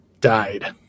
died